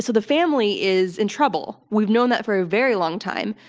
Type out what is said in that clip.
so the family is in trouble. we've known that for a very long time.